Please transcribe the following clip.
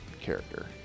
character